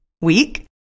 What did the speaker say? week